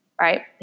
right